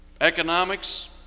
economics